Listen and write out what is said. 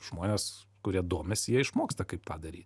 žmones kurie domisi jie išmoksta kaip tą daryt